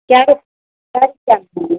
कै कै रूपैआ मे भेलै